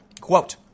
Quote